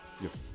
Yes